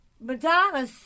Madonna